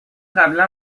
قبلا